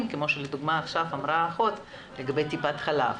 כמו שלדוגמה עכשיו אמרה האחות לגבי טיפת חלב,